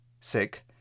sick